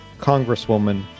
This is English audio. Congresswoman